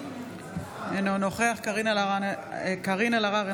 אינו נוכח קארין אלהרר,